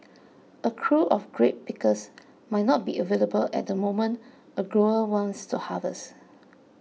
a crew of grape pickers might not be available at the moment a grower wants to harvest